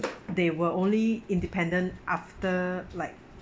they were only independent after like